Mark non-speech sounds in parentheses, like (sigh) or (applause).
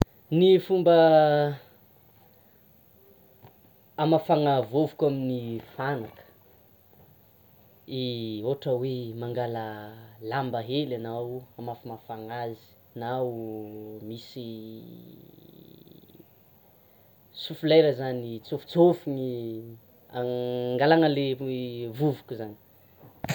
Ny fomba hamafana vovoko amin'ny fanaka, de ohatra hoe: mangala lamba hely anao hamafamafana azy na misy (hesitation) soufleur zany tsofotsôny, hangalana le vovoko zany.